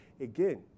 again